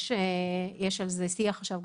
יש על זה שיח עכשיו.